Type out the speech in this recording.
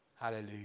hallelujah